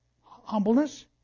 Humbleness